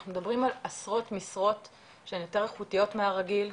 אנחנו מדברים על עשרות משרות שהן יותר איכותיות מהרגיל,